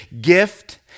gift